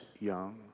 young